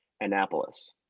Annapolis